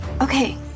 Okay